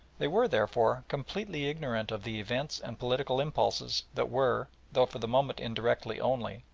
they were, therefore, completely ignorant of the events and political impulses that were, though for the moment indirectly only,